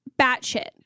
batshit